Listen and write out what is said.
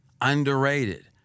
underrated